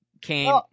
came